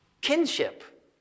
kinship